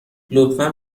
لطفا